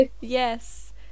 Yes